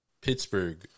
Pittsburgh